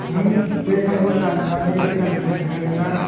नों बे एकाउन्टखौ दाननानै गोदान खुलिफिनगोनना